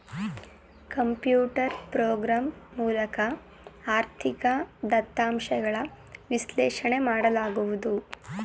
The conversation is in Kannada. ಕಂಪ್ಯೂಟರ್ ಪ್ರೋಗ್ರಾಮ್ ಮೂಲಕ ಆರ್ಥಿಕ ದತ್ತಾಂಶಗಳ ವಿಶ್ಲೇಷಣೆ ಮಾಡಲಾಗುವುದು